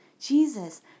Jesus